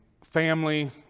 family